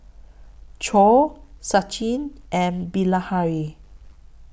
Choor Sachin and Bilahari